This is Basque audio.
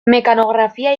mekanografia